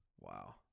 Wow